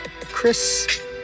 Chris